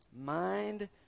Mind